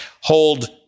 hold